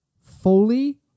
Foley